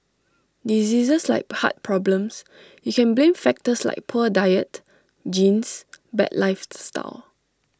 diseases like heart problems you can blame factors like poor diet genes bad lifestyle